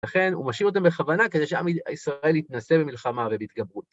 לכן הוא משאיר אותם בכוונה כדי שעם ישראל יתנסה במלחמה ובהתגברות.